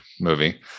movie